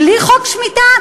בלי חוק שמיטה,